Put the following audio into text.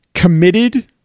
Committed